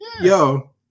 yo